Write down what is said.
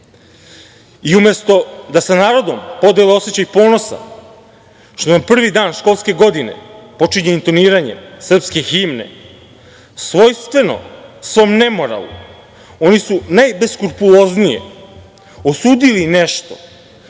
ume. Umesto da sa narodom podele osećaj ponosa što nam prvi dan školske godine počinje intoniranjem srpske himne, svojstveno svom nemoralu oni su najbeskrupuloznije osudili nešto